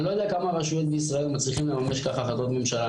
אני לא יודע כמה רשויות בישראל מצליחים לממש ככה החלטות ממשלה.